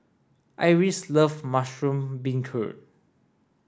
Iris love mushroom beancurd